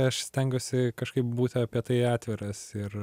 aš stengiuosi kažkaip būti apie tai atviras ir